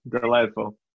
Delightful